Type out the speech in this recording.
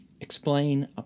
explain